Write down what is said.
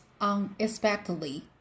unexpectedly